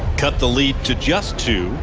cut the lead to just two